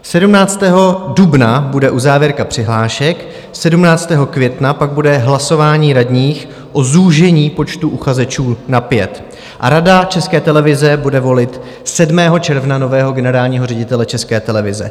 17. dubna bude uzávěrka přihlášek, 17. května pak bude hlasování radních o zúžení počtu uchazečů na pět a Rada České televize bude volit 7. června nového generálního ředitele České televize.